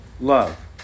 love